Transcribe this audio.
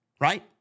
right